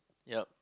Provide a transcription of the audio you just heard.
yup